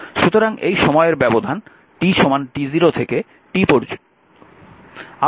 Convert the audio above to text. সুতরাং এই সময়ের ব্যবধান t t0 থেকে t পর্যন্ত